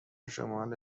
شمال